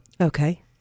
Okay